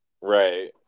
Right